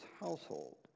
household